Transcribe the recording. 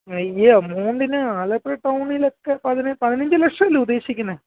അയ്യ മൂന്നിന് ആലപ്പുഴ ടൗണിലൊക്കെ പതിനഞ്ച് പതിനഞ്ച് ലക്ഷമല്ലേ ഉദ്ദേശിക്കുന്നത്